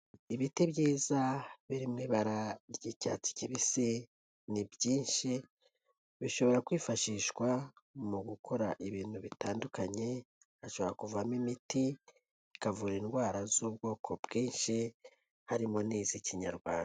Ibiti byiza birimo ibara ry'icyatsi kibisi ni byinshi bishobora kwifashishwa mu gukora ibintu bitandukanye, hashobora kuvamo imiti, ikavura indwara z'ubwoko bwinshi harimo n'iz'Ikinyarwanda.